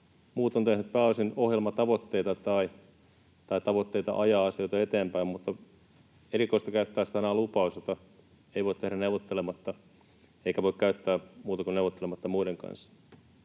Muut ovat tehneet pääosin ohjelmatavoitteita tai tavoitteita ajaa asioita eteenpäin, mutta on erikoista käyttää sanaa ”lupaus”, jota ei voi tehdä neuvottelematta eikä voi käyttää muuten kuin neuvottelemalla muiden kanssa.